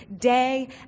day